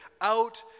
out